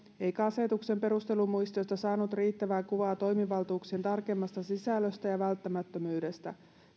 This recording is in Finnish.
eikä asetuksen perustelumuistiosta saanut riittävää kuvaa toimivaltuuksien tarkemmasta sisällöstä ja välttämättömyydestä